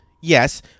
Yes